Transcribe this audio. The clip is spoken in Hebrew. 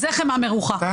זו חמאה מרוחה.